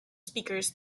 speakers